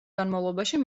განმავლობაში